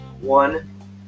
One